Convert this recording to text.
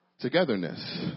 Togetherness